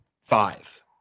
five